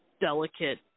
delicate